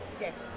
Yes